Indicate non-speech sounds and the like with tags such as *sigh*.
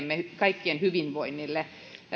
*unintelligible* meidän kaikkien hyvinvoinnille